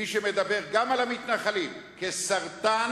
מי שמדבר גם על המתנחלים כסרטן,